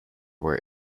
were